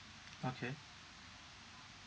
okay